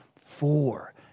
four